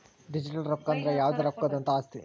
digital ರೊಕ್ಕ ಅಂದ್ರ ಯಾವ್ದೇ ರೊಕ್ಕದಂತಹ ಆಸ್ತಿ